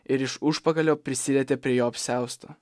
ir iš užpakalio prisilietė prie jo apsiausto